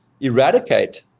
eradicate